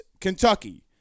Kentucky